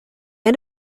end